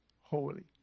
holy